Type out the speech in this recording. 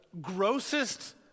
grossest